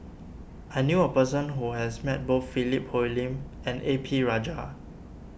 I knew a person who has met both Philip Hoalim and A P Rajah